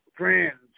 Friends